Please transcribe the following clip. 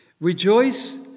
Rejoice